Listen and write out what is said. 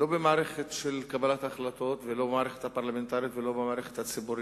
לא במערכת קבלת ההחלטות ולא במערכת הפרלמנטרית ולא במערכת הציבורית.